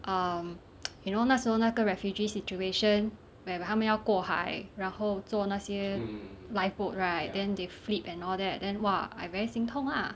um you know 那时候那个 refugee situation where 他们要过海然后坐那些 lifeboat right then they flip and all that then !wah! I very 心痛 lah